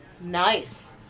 Nice